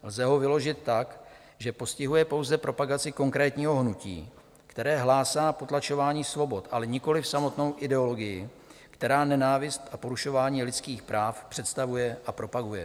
Lze ho vyložit tak, že postihuje pouze propagaci konkrétního hnutí, které hlásá potlačování svobod, ale nikoliv samotnou ideologii, která nenávist a porušování lidských práv představuje a propaguje.